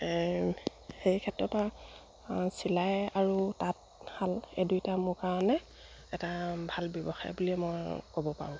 সেই ক্ষেত্ৰত চিলাই আৰু তাঁতশাল এই দুইটা মোৰ কাৰণে এটা ভাল ব্যৱসায় বুলিয়ে মই ক'ব পাৰোঁ